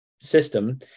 system